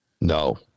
no